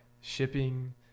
shipping